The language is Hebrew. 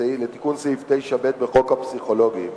סעיף 9(ב) בחוק הפסיכולוגים